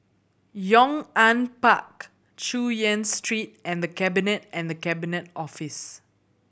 Yong An Park Chu Yen Street and The Cabinet and The Cabinet Office